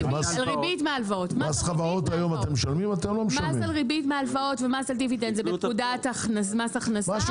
מס על ריבית והלוואת ומס על דיבידנד זה בפקודת מס הכנסה.